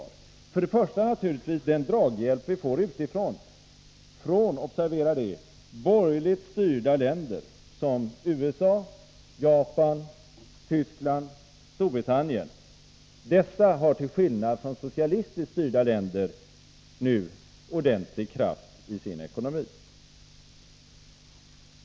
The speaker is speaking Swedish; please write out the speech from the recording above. Orsaken är för det första naturligtvis den draghjälp vi får utifrån, från — observera det — borgerligt styrda länder som USA, Japan, förbundsrepubliken Tyskland och Storbritannien. Dessa har, till skillnad från socialistiskt styrda länder, nu ordentlig kraft i sin ekonomi.